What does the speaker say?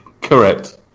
Correct